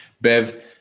Bev